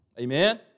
Amen